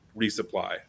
resupply